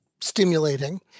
stimulating